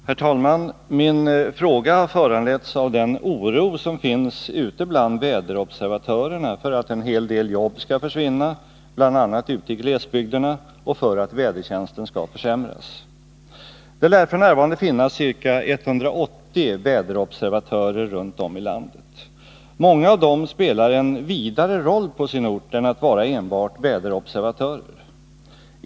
Herr talman! Min fråga har föranletts av den oro som finns ute bland väderobservatörerna för att en hel del jobb skall försvinna, bl.a. ute i glesbygderna, och för att vädertjänsten skall försämras. Det lärf. n. finnas ca 180 väderobservatörer runt om i landet. Många av dessa spelar en vidare roll på sin ort än att vara enbart väderobservatörer.